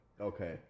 okay